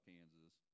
Kansas